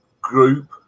group